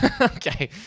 okay